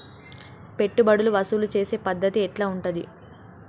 పెట్టుబడులు వసూలు చేసే పద్ధతి ఎట్లా ఉంటది?